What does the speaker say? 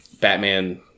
Batman